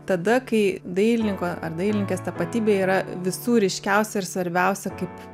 tada kai dailininko ar dailininkės tapatybė yra visų ryškiausia ir svarbiausia kaip